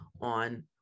on